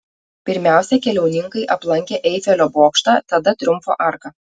pirmiausia keliauninkai aplankė eifelio bokštą tada triumfo arką